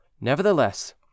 Nevertheless